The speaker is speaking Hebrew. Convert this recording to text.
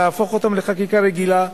להפוך אותם לחקיקה רגילה,